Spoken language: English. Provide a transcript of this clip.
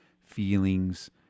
feelings